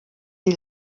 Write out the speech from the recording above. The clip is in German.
die